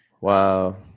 Wow